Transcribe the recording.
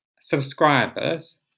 subscribers